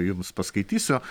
jums paskaitysiu